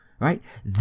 right